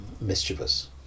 mischievous